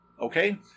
Okay